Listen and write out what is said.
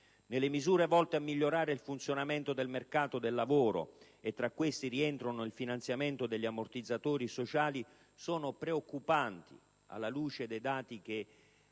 Nelle misure volte a migliorare il funzionamento del mercato del lavoro - e tra queste rientra il finanziamento degli ammortizzatori sociali - sono preoccupanti, alla luce dei dati di